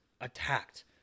attacked